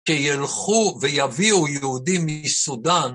שילכו ויביאו יהודים מסודן.